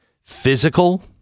Physical